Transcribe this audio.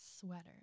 sweater